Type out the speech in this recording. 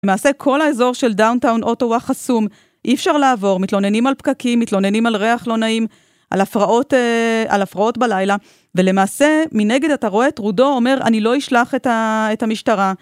למעשה כל האזור של דאונטאון אוטווה חסום, אי אפשר לעבור, מתלוננים על פקקים, מתלוננים על ריח לא נעים, על הפרעות בלילה ולמעשה מנגד אתה רואה את רודו אומר אני לא אשלח את המשטרה